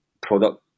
product